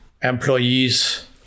employees